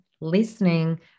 listening